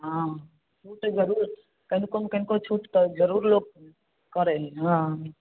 हँ होतै जरूर कनिको कनिको छूट तऽ जरूर लोक करैत हइ ने